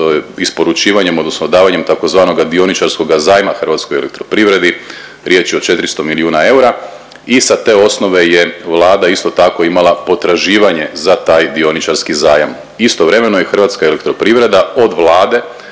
isporučivanjem odnosno davanjem tzv. dioničarskoga zajma HEP-u, riječ je o 400 milijuna eura i sa te osnove je Vlada isto tako imala potraživanje za taj dioničarski zajam. Istovremeno je HEP od Vlade